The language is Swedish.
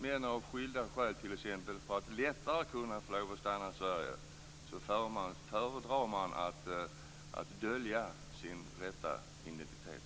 Men av skilda skäl, t.ex. för att lättare få lov att stanna i Sverige, föredrar de att dölja sin rätta identitet.